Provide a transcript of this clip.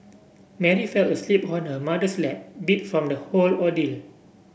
Mary fell asleep on her mother's lap beat from the whole ordeal